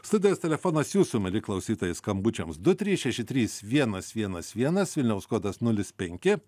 studijos telefonas jūsų mieli klausytojai skambučiams du trys šeši trys vienas vienas vienas vilniaus kodas nulis penki